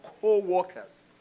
co-workers